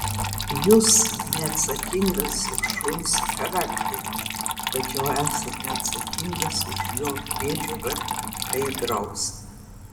jūs neatsakingas už šuns charakterį tačiau esate atsakingas už jo priežiūrą bei drausmę